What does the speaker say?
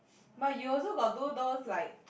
but you also got do those like